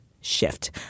shift